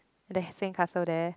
at the sandcastle there